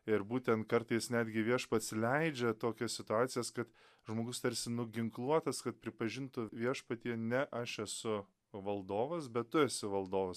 ir būtent kartais netgi viešpats leidžia tokias situacijas kad žmogus tarsi nuginkluotas kad pripažintų viešpatie ne aš esu valdovas bet tu esi valdovas